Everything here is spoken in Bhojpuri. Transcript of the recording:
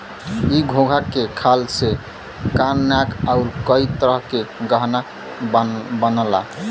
इ घोंघा के खाल से कान नाक आउर कई तरह के गहना बनला